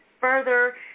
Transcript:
further